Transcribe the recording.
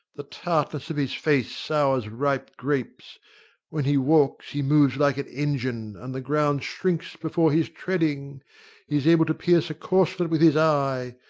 the tartness of his face sours ripe grapes when he walks, he moves like an engine, and the ground shrinks before his treading he is able to pierce a corslet with his eye,